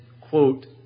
quote